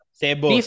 sebo